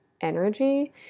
energy